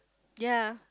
ya